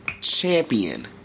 champion